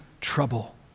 trouble